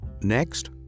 Next